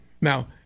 Now